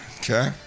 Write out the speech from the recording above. Okay